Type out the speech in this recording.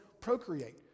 procreate